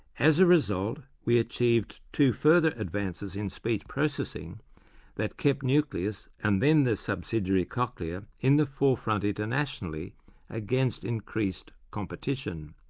as a result we achieved two further advances in speech processing that kept nucleus, and then the subsidiary cochlear in the forefront internationally against increased competition.